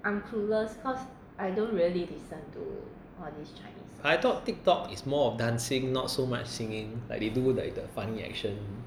but I thought Tiktok is more of dancing not so much singing like they do all the funny action